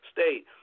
State